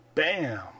BAM